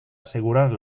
asegurar